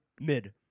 Mid